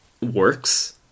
works